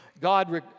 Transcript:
God